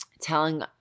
telling